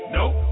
Nope